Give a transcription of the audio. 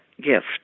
gift